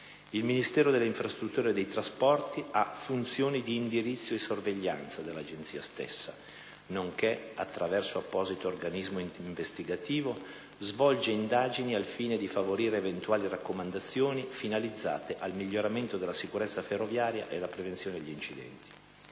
Il Ministero delle infrastrutture e dei trasporti ha funzioni di indirizzo e sorveglianza dell'Agenzia stessa nonché, attraverso apposito organismo investigativo, svolge indagini al fine di fornire eventuali raccomandazioni finalizzate al miglioramento della sicurezza ferroviaria e alla prevenzione di incidenti.